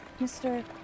Mr